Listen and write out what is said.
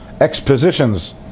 expositions